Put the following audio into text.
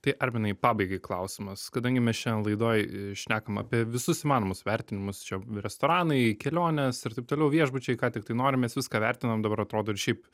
tai arminai pabaigai klausimas kadangi mes šiandien laidoj šnekam apie visus įmanomus vertinimus čia restoranai kelionės ir taip toliau viešbučiai ką tik tai nori mes viską vertinam dabar atrodo ir šiaip